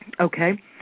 Okay